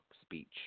speech